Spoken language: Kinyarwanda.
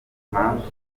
impamvu